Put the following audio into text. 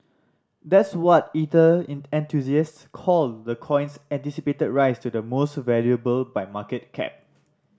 that's what ether enthusiasts call the coin's anticipated rise to the most valuable by market cap